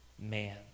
man